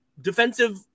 defensive